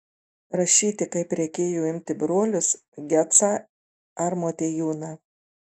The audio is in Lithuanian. rašyti kaip reikėjo imti brolius gecą ar motiejūną